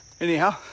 Anyhow